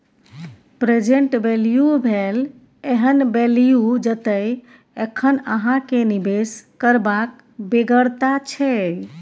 present value भेल एहन value जतय एखन अहाँ केँ निबेश करबाक बेगरता छै